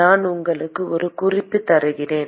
நான் உங்களுக்கு ஒரு குறிப்பு தருகிறேன்